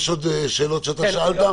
יש עוד שאלות שאתה שאלת?